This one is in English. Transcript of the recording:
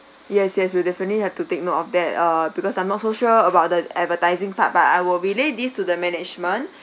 yes yes we definitely have to take note of that uh because I'm not so sure about the advertising part but I will relay this to the management